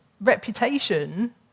reputation